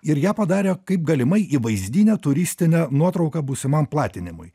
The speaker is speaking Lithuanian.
ir ją padarė kaip galima įvaizdinę turistinę nuotrauką būsimam platinimui